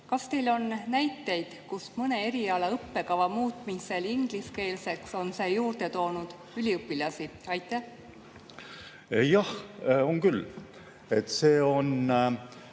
Kas teil on näiteid, kus mõne eriala õppekava muutmine ingliskeelseks on juurde toonud üliõpilasi? Jah, on küll. Mõnele